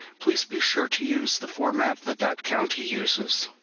please be sure to use the format that that county uses.